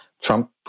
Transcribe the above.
Trump